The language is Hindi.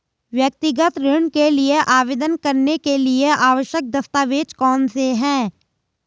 व्यक्तिगत ऋण के लिए आवेदन करने के लिए आवश्यक दस्तावेज़ कौनसे हैं?